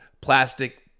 plastic